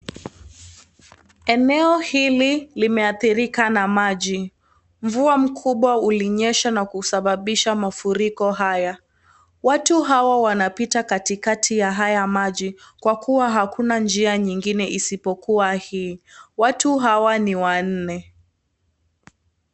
Eneo hili limeathirika na maji. Mvua mkubwa ulinyesha na kusababisha mafuriko haya. Watu hawa wanapita kati kati ya haya maji kwa kuwa hakuna njia nyingine isipokuwa hii. Watu hawa ni wanne.